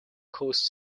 coast